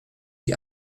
die